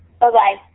Bye-bye